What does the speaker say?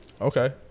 okay